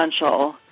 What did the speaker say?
essential